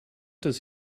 does